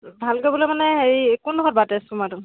ভাল কৰিবলে মানে